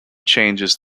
changes